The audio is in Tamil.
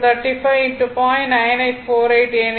9848 ஏனெனில் பவர் ஃபாக்டர் 0